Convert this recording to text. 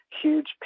huge